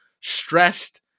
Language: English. stressed